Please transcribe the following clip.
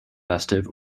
festive